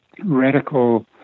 radical